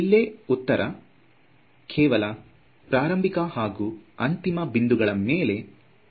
ಇಲ್ಲಿ ಉತ್ತರ ಕೇವಲ ಪ್ರಾರಂಭಿಕ ಹಾಗೂ ಅಂತಿಮ ಬಿಂದುಗಳ ಮೇಲೆ ಅವಲಂಬಿತವಾಗಿದೆ